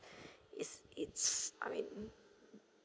it's it's I mean